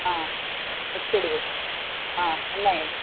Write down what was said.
మిక్స్డ్వి ఉన్నాయి